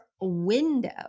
window